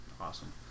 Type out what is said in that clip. Awesome